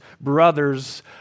brothers